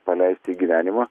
paleist į gyvenimą